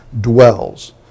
dwells